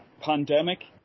pandemic